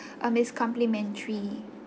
um is complementary